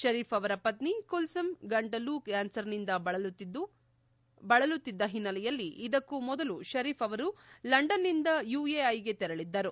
ಶರೀಫ್ ಅವರ ಪತ್ನಿ ಕುಲ್ತುಂ ಗಂಟಲು ಕ್ಯಾನರ್ನಿಂದ ಬಳಲುತ್ತಿದ್ದ ಹಿನ್ನೆಲೆಯಲ್ಲಿ ಇದಕ್ಕೂ ಮೊದಲು ಶರೀಫ್ ಅವರು ಲಂಡನ್ನಿಂದ ಯುಎಐಗೆ ತೆರಳಿದ್ದರು